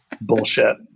bullshit